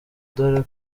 dore